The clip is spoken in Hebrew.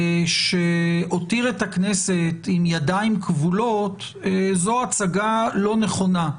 שהותיר את הכנסת עם ידיים כבולות זו הצגה לא נכונה,